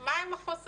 מה הם החוסרים.